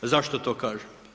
Zašto to kažem?